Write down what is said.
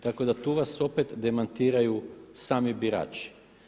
Tako da tu vas opet demantiraju sami birači.